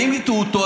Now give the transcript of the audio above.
ואם הטעו אותו,